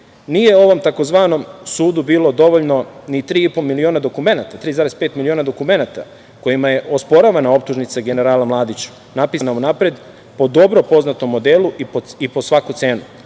ovom tzv. sudu bilo dovoljno ni tri i po miliona dokumenata kojima je osporavana optužnica generala Mladića, napisana unapred po dobro poznatom modelu i po svaku cenu.